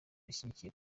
ishyigikiye